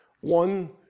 One